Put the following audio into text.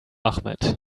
ahmed